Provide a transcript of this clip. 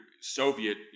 Soviet